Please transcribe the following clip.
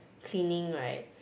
cleaning right